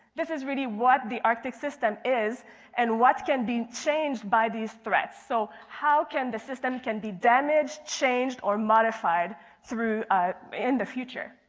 this is really what the arctic system is and what can be changed by these threats. so how can the system be damaged, changed or modified through in the future.